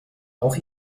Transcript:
auch